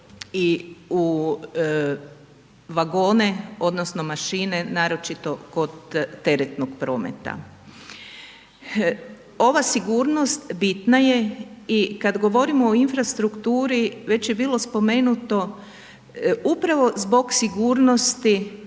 i u vagone odnosno mašine naročito kod teretnog prometa. Ova sigurnost bitna je i kad govorimo o infrastrukturi već je bilo spomenuto upravo zbog sigurnosti,